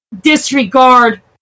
disregard